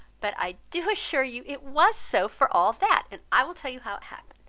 but i do assure you it was so, for all that, and i will tell you how it happened.